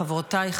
חברותיי,